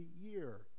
year